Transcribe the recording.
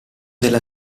della